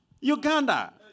Uganda